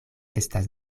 estas